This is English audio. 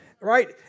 right